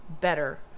better